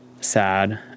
sad